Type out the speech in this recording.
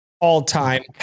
all-time